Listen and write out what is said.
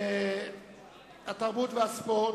התרבות והספורט,